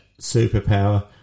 superpower